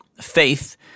Faith